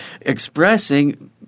expressing